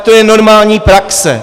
To je normální praxe.